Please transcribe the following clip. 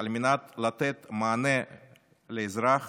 כדי לתת מענה לאזרח